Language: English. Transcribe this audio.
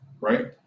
right